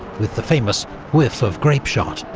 with the famous whiff of grapeshot.